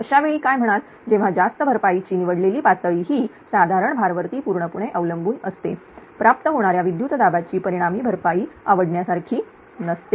अशावेळी काय म्हणाल जेव्हा जास्त भरपाईची निवडलेली पातळी ही साधारण भार वरती पूर्णपणे अवलंबून असतेप्राप्त होणाऱ्या विद्युत दाबाची परिणामी भरपाई आवडण्यासारखे नसते